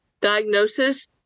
diagnosis